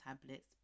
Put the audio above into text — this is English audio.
tablets